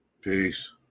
Peace